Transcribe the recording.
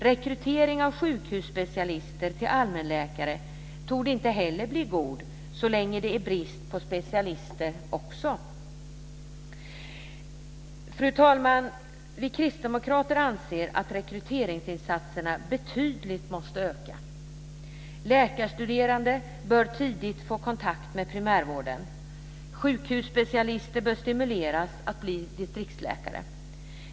Rekrytering av sjukhusspecialister som allmänläkare torde inte heller bli god så länge det är brist också på specialister. Fru talman! Vi kristdemokrater anser att rekryteringsinsatserna måste öka betydligt. Läkarstuderande bör tidigt få kontakt med primärvården. Sjukhusspecialister bör stimuleras att bli distriktsläkare.